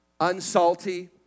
unsalty